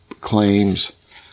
claims